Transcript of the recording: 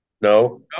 no